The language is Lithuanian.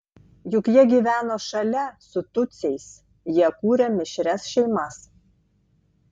juk jie gyveno šalia su tutsiais jie kūrė mišrias šeimas